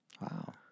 Wow